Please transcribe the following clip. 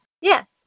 Yes